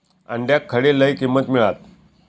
अंड्याक खडे लय किंमत मिळात?